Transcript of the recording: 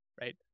right